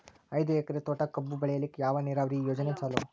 ಐದು ಎಕರೆ ತೋಟಕ ಕಬ್ಬು ಬೆಳೆಯಲಿಕ ಯಾವ ನೀರಾವರಿ ಯೋಜನೆ ಚಲೋ?